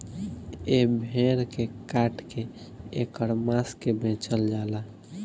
ए भेड़ के काट के ऐकर मांस के बेचल जाला